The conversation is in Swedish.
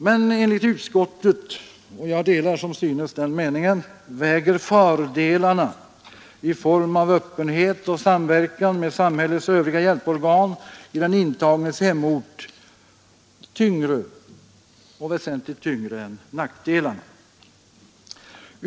Men enligt utskottet — och jag delar som synes den meningen — väger fördelarna i form av öppenhet och samverkan med samhällets övriga hjälporgan i den intagnes hemort väsentligt tyngre än nackdelarna.